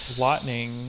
Lightning